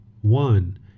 one